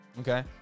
Okay